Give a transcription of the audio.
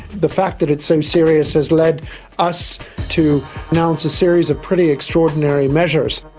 the fact that it's so serious has led us to announce a series of pretty extraordinary measures.